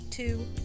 Two